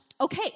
okay